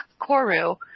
Koru